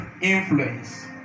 influence